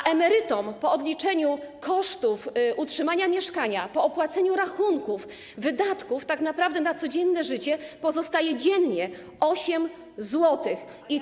a emerytom po odliczeniu kosztów utrzymania mieszkania, po opłaceniu rachunków, wydatków tak naprawdę na codzienne życie pozostaje 8 zł dziennie.